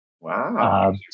wow